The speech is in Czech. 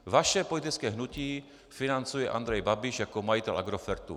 Vaše politické hnutí financuje Andrej Babiš jako majitel Agrofertu.